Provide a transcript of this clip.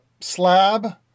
slab